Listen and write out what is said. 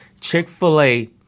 Chick-fil-A